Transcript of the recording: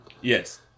yes